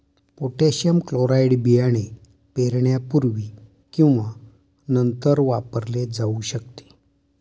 potassium chloride बियाणे पेरण्यापूर्वी किंवा नंतर वापरले जाऊ शकते